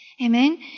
Amen